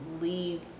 leave